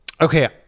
Okay